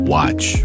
watch